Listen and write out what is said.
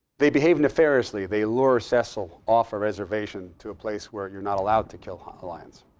they behave nefariously. they lure cecil off a reservation to a place where you're not allowed to kill lions.